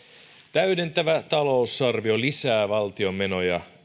täydentävä talousarvio lisää valtion menoja